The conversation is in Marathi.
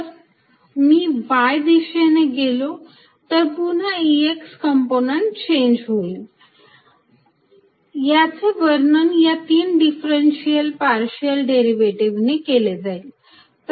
जर मी y दिशेने गेलो तर पुन्हा Ex कंपोनंन्ट चेंज होईल याचे वर्णन या तीन डिफरंशियल पार्शियल डेरिव्हेटिव्हने केले जाईल